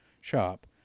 shop